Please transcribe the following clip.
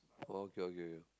okay okay K